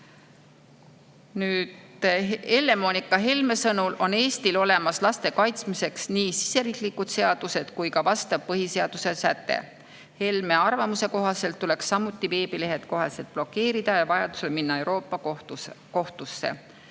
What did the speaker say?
Helle-Moonika Helme sõnul on Eestil laste kaitsmiseks olemas nii siseriiklikud seadused kui ka vastav põhiseaduse säte. Helme arvamuse kohaselt tuleks samuti veebilehed koheselt blokeerida ja vajadusel minna Euroopa Kohtusse